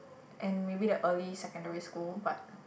and maybe the early secondary school but